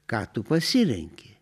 ką tu pasirenki